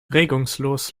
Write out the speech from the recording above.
regungslos